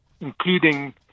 including